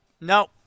No